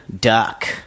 Duck